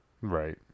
Right